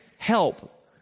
Help